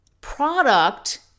product